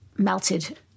Melted